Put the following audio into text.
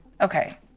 okay